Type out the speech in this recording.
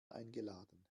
eingeladen